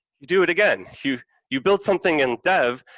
you do it again. you you built something in dev,